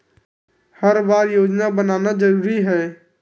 हर बार योजना बनाना जरूरी है?